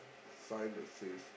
sign that says